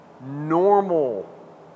Normal